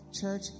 church